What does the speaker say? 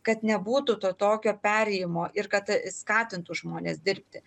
kad nebūtų to tokio perėjimo ir kad skatintų žmones dirbti